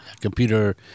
Computer